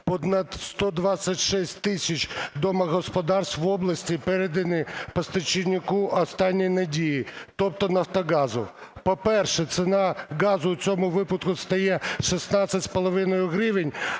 126 тисяч домогосподарств в області передані постачальнику "останньої надії", тобто "Нафтогазу". По-перше, ціна газу в цьому випадку стає 16,5 гривень,